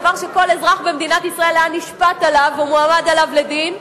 דבר שכל אזרח במדינת ישראל היה נשפט עליו ומועמד עליו לדין,